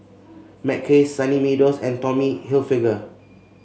Mackays Sunny Meadow and Tommy Hilfiger